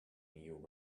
new